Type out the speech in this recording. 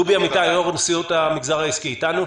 דובי אמיתי, יושב-ראש נשיאות המגזר העסקי, איתנו?